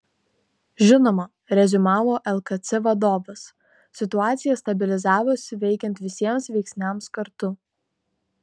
žinoma reziumavo lkc vadovas situacija stabilizavosi veikiant visiems veiksniams kartu